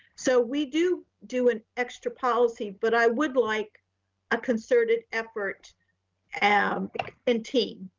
so we do do an extra policy, but i would like a concerted effort and um and team.